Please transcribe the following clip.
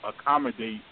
accommodate